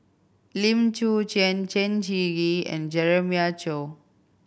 Lim Chwee Chian Chen Shiji and Jeremiah Choy